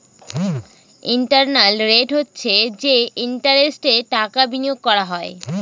internal rate হচ্ছে যে ইন্টারেস্টে টাকা বিনিয়োগ করা হয়